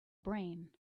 brain